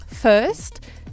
First